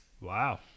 Wow